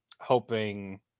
hoping